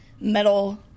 metal